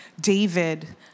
David